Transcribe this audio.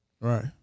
Right